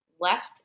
Left